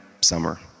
summer